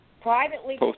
privately